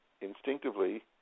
instinctively